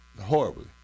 horribly